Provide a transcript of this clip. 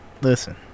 Listen